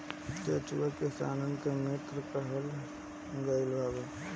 केचुआ के किसान मित्र कहल गईल हवे